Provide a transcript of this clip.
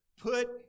put